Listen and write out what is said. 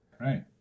Right